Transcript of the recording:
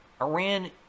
Iran